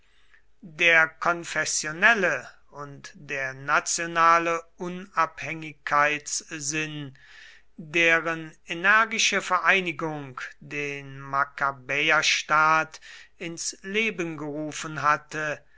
der konfessionelle und der nationale unabhängigkeitssinn deren energische vereinigung den makkabäerstaat ins leben gerufen hatte